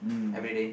everyday